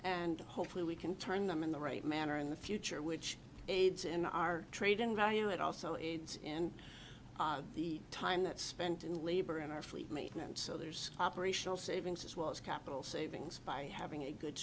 and hopefully we can turn them in the right manner in the future which aids in our trade in value and also it's in the time that spent in labor in our fleet meeting and so there's operational savings as well as capital savings by having a good